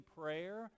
prayer